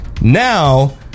Now